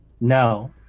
No